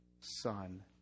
son